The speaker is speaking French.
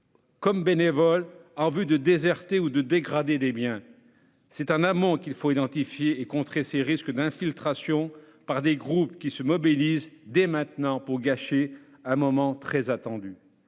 comme bénévoles pour ensuite déserter ou dégrader des biens. C'est en amont qu'il faut identifier et contrer ces risques d'infiltration par des groupes qui se mobilisent dès maintenant pour gâcher un moment très attendu.